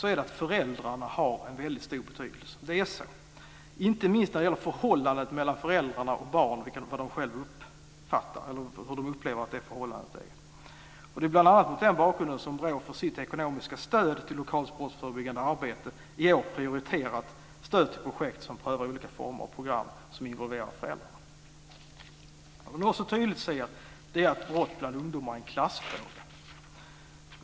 Den slutsatsen drar också Brottsförebyggande rådet i sin utvärdering. Det är så. Det gäller inte minst hur de själva uppfattar förhållandet mellan föräldrar och barn. Det är bl.a. mot den bakgrunden som BRÅ i sitt ekonomiska stöd till lokalt brottsförebyggande arbete prioriterat stöd till projekt som prövar olika former av program som involverar föräldrarna. Man kan också tydligt se att brott bland ungdomar är en klassfråga.